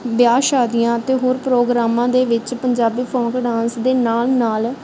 ਵਿਆਹ ਸ਼ਾਦੀਆਂ ਅਤੇ ਹੋਰ ਪ੍ਰੋਗਰਾਮਾਂ ਦੇ ਵਿੱਚ ਪੰਜਾਬੀ ਫੋਂਕ ਡਾਂਸ ਦੇ ਨਾਲ ਨਾਲ